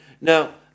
Now